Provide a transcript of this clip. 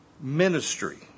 Ministry